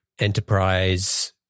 Enterprise